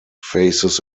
faces